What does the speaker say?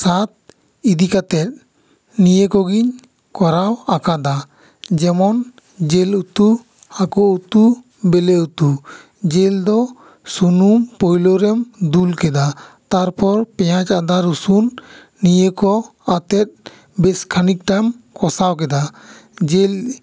ᱥᱟᱛ ᱤᱫᱤ ᱠᱟᱛᱮᱜ ᱱᱤᱭᱟᱹ ᱠᱚ ᱜᱤᱧ ᱠᱚᱨᱟᱣ ᱟᱠᱟᱫᱟ ᱡᱮᱢᱚᱱ ᱡᱤᱞ ᱩᱛᱩ ᱦᱟᱹᱠᱩ ᱩᱛᱩ ᱵᱮᱹᱞᱮᱹ ᱩᱛᱩ ᱡᱤᱞ ᱫᱚ ᱥᱩᱱᱩᱢ ᱯᱩᱭᱞᱩ ᱨᱮᱢ ᱫᱩᱞ ᱠᱮᱫᱟ ᱛᱟᱨᱯᱚᱨ ᱯᱮᱭᱟᱡᱽ ᱟᱫᱟ ᱨᱟᱹᱥᱩᱱ ᱱᱤᱭᱟᱹ ᱠᱚ ᱟᱛᱮᱜ ᱵᱮᱥ ᱠᱷᱟᱹᱱᱤᱠ ᱛᱮᱢ ᱠᱚᱥᱟᱣ ᱠᱮᱫᱟ ᱡᱤᱞ